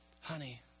honey